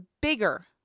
bigger